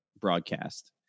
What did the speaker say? broadcast